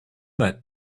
that